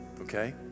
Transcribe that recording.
Okay